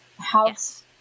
House